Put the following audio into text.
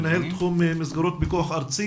מנהל תחום מסגרות פיקוח ארצי.